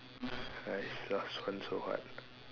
!hais! last one so hard